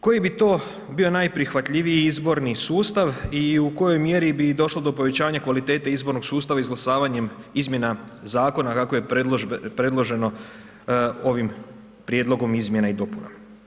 Koji bi to bio najprihvatljiviji izborni sustav i u kojoj mjeri bi došlo do povećanja kvalitete izbornog sustava izglasavanjem izmjena zakona kako je predloženo ovim prijedlogom izmjena i dopuna.